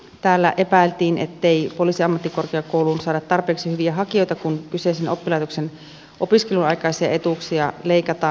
täällä epäiltiin ettei poliisiammattikorkeakouluun saada tarpeeksi hyviä hakijoita kun kyseisen oppilaitoksen opiskeluaikaisia etuuksia leikataan